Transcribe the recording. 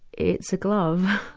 it's a glove.